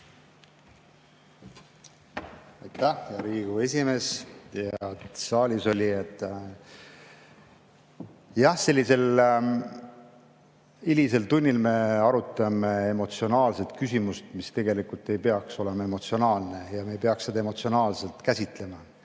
Aitäh, hea Riigikogu esimees! Head saalisolijad! Jah, sellisel hilisel tunnil me arutame emotsionaalset küsimust, mis tegelikult ei peaks olema emotsionaalne ja me ei peaks seda emotsionaalselt käsitlema.